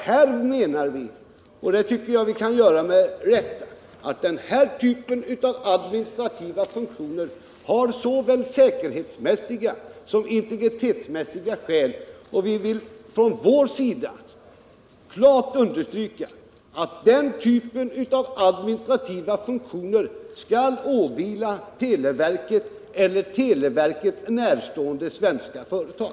Vi menar — och det tycker vi att vi kan göra med rätta — att den typen av administrativa funktioner av såväl säkerhetsmässiga som integritetsmässiga skäl bör ligga kvar hos televerket. Vi vill från vår sida klart understryka att den typen av administrativa funktioner skall åvila televerket eller televerket närstående företag.